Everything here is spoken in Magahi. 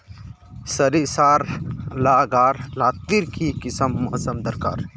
सरिसार ला गार लात्तिर की किसम मौसम दरकार?